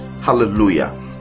Hallelujah